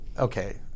Okay